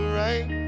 right